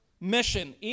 mission